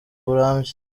burambye